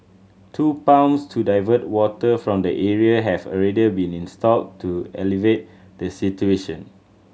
two pumps to divert water from the area have already been installed to alleviate the situation